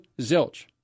zilch